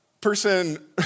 person